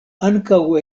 ankaŭ